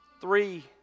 Three